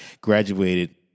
graduated